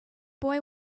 boy